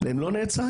והם לא נעצרים.